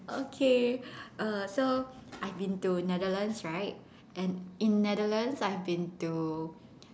okay err so I've been to Netherlands right and in Netherlands I've been to